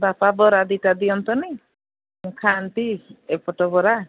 ବାପା ବରା ଦୁଇଟା ଦିଅନ୍ତନି ମୁଁ ଖାଆନ୍ତି ଏପଟ ବରା